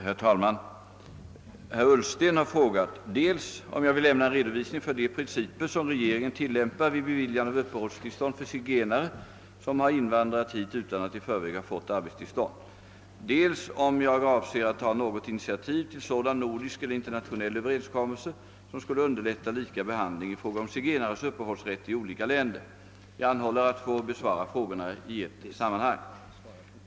Herr talman! Herr Ullsten har frågat dels om jag vill lämna en redovisning för de principer som regeringen till lämpar vid beviljande av uppehållstillstånd för zigenare som har invandrat hit utan att i förväg ha fått arbetstillstånd, dels om jag avser att ta något initiativ till sådan nordisk eller internationell överenskommelse som skulle underlätta lika behandling i fråga om zigenares uppehållsrätt i olika länder. Jag anhåller att få besvara frågorna 1 ett sammanhang.